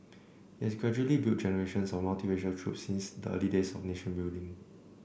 it has gradually built generations of multiracial troops since the early days of nation building